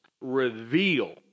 reveal